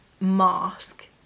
mask